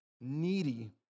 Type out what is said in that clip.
needy